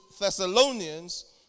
Thessalonians